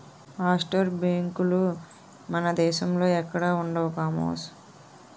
offshore బేంకులు మన దేశంలో ఎక్కడా ఉండవు కామోసు